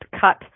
cut